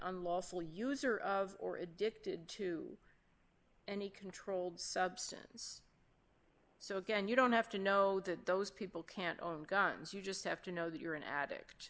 unlawful user of or addicted to any controlled substance so again you don't have to know that those people can't own guns you just have to know that you're an addict